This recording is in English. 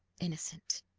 innocent.